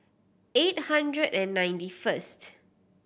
eight hundred and ninety first